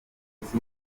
wese